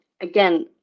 again